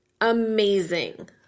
Amazing